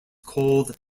called